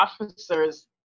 officers